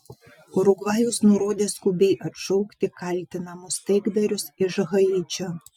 urugvajus nurodė skubiai atšaukti kaltinamus taikdarius iš haičio